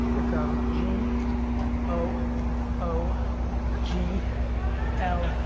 it's um g o o g l e